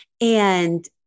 And-